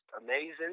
amazing